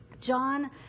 John